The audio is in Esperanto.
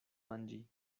manĝi